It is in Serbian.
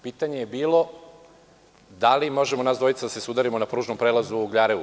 Pitanje je bilo – da li možemo nas dvojica da se sudarimo na pružnom prelazu u Ugljarevu.